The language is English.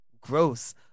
gross